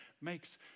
makes